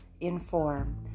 inform